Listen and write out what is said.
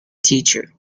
teacher